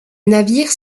navire